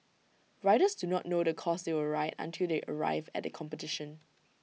riders do not know the course they will ride until they arrive at the competition